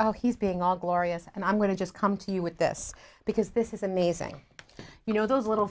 oh he's being all glorious and i'm going to just come to you with this because this is amazing you know those little